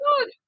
God